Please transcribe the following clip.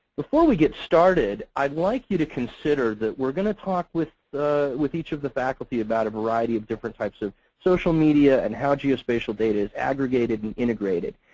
before we get started, i'd like you to consider that we're going to talk with with each of the faculty about a variety of different types of social media, and how geospatial data is aggregated and integrated.